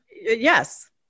yes